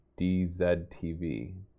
DZTV